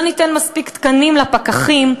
לא ניתן מספיק תקנים לפקחים,